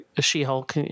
She-Hulk